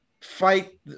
fight